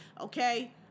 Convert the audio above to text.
okay